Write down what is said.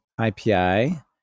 IPI